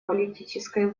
политической